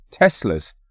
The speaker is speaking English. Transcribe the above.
Teslas